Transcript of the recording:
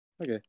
Okay